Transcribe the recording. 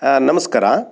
ನಮಸ್ಕಾರ